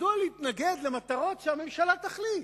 מדוע להתנגד למטרות שהממשלה תחליט?